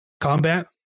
combat